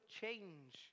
change